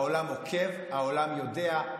העולם עוקב, העולם יודע.